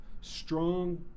strong